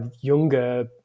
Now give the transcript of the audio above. younger